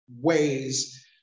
ways